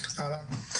לכולם.